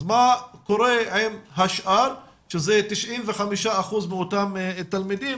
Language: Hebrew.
אז מה קורה עם השאר, שזה 95% מאותם תלמידים?